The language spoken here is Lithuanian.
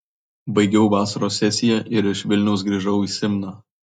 baigiau vasaros sesiją ir iš vilniaus grįžau į simną